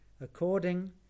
According